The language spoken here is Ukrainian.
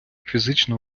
фізична